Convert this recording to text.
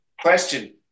Question